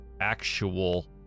actual